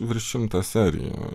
virš šimtą serijų